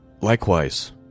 likewise